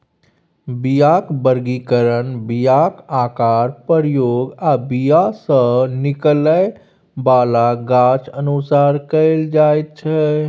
बीयाक बर्गीकरण बीयाक आकार, प्रयोग आ बीया सँ निकलै बला गाछ अनुसार कएल जाइत छै